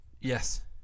Yes